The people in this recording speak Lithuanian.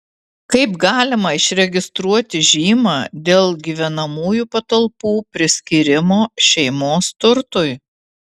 kaip galima išregistruoti žymą dėl gyvenamųjų patalpų priskyrimo šeimos turtui